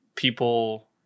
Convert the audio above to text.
people